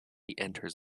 enters